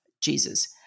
Jesus